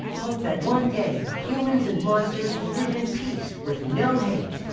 hope that one day humans and monsters will live in peace with no hate.